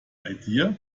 idea